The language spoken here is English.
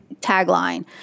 tagline